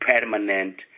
permanent